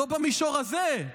לא במישור הזה.